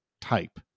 type